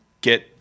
get